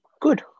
Good